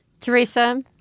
Teresa